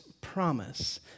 promise